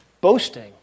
boasting